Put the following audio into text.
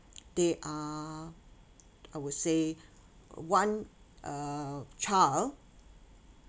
they are I would say one uh child